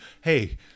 hey